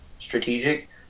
Strategic